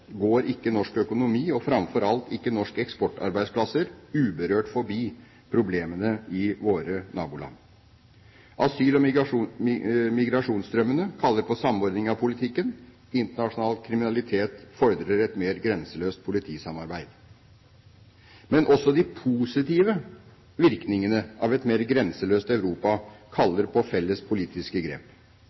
går ikke norsk økonomi og framfor alt ikke norske eksportarbeidsplasser uberørt forbi problemene i våre naboland. Asyl- og migrasjonsstrømmene kaller på samordning av politikken. Internasjonal kriminalitet fordrer et mer grenseløst politisamarbeid. Men også de positive virkningene av et mer grenseløst Europa kaller på felles politiske grep.